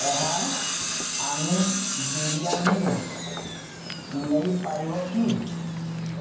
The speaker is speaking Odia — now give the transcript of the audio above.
ଏହା ଆମି ବିରିୟାନିରୁ ନେଇପାରିବ କି